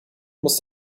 muss